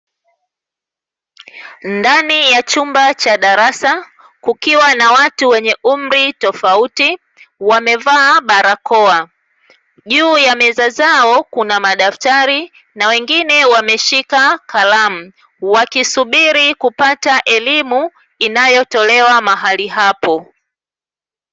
Ndani ya chumba cha darasa, kukiwa na watu wenye umri tofauti wamevaa barakoa, juu ya meza zao kuna madaftari na wengine wameshika kalamu, wakisubiri kupata elimu inayotolewa mahali hapo.